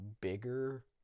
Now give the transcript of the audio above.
bigger